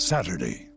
Saturday